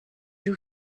you